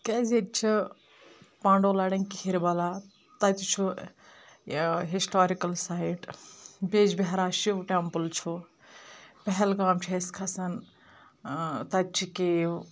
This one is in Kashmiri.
کیازِ ییٚتہِ چھِ پانٛڈو لَڑن کھیٖر بَلا تَتہِ چھُ ہِسٹارِکَل سایِٹ بِیٚج بِہارا شِو ٹیمپٕل چھُ پہلگام چھِ أسۍ کھَسان تَتہِ چھِ کِیَو